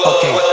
Okay